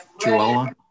Joella